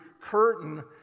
curtain